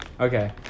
Okay